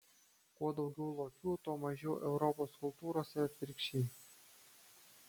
kuo daugiau lokių tuo mažiau europos kultūros ir atvirkščiai